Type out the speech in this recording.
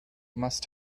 must